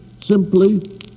simply